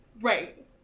Right